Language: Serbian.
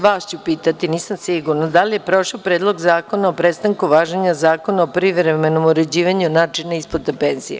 Vas ću pitati, nisam sigurna, da li je prošao Predlog zakona o prestanku važenja Zakona o privremenom uređivanju načina isplate penzije?